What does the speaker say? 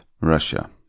Russia